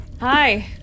Hi